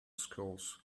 schools